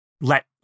let